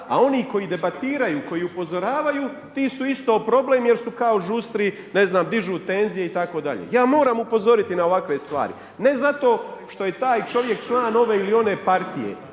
a oni koji debatiraju koji upozoravaju ti su isto problem jer su kao žustri, ne znam dižu tenzije itd. Ja moram upozoriti na ovakve stvari. Ne zato što je taj čovjek član ove ili one partije,